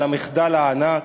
על המחדל הענק,